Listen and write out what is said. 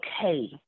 okay